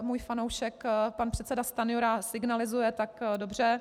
Můj fanoušek pan předseda Stanjura signalizuje, tak dobře.